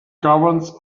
governs